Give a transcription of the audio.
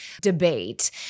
debate